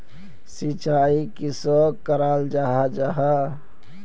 सिंचाई किसोक कराल जाहा जाहा?